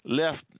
left